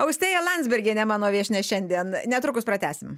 austėja landsbergienė mano viešnia šiandien netrukus pratęsim